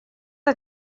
are